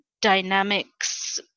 dynamics